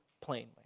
plainly